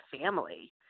family